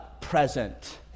present